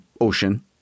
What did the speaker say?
ocean